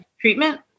treatment